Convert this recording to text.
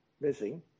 missing